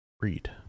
read